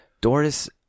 Doris